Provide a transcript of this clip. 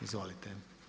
Izvolite.